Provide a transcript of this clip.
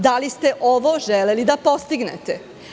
Da li ste ovo želeli da postignete?